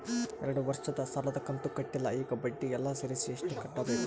ಎರಡು ವರ್ಷದ ಸಾಲದ ಕಂತು ಕಟ್ಟಿಲ ಈಗ ಬಡ್ಡಿ ಎಲ್ಲಾ ಸೇರಿಸಿ ಎಷ್ಟ ಕಟ್ಟಬೇಕು?